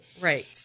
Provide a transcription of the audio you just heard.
Right